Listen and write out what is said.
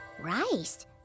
Rice